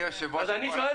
אני שואל